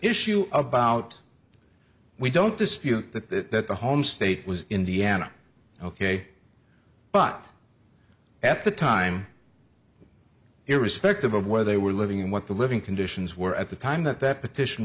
issue about we don't dispute that the home state was indiana ok but at the time irrespective of where they were living and what the living conditions were at the time that that petition